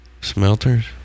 Smelters